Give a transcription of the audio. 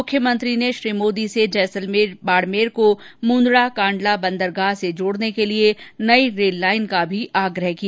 मुख्यमंत्री ने श्री मोदी से जैसलमेर बाड़मेर को मुंदड़ा कांडला बंदरगाह से जोड़ने के लिये नई रेल लाईन का भी आग्रह किया